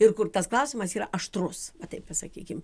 ir kur tas klausimas yra aštrus taip pasakykim